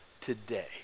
today